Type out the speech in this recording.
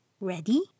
Ready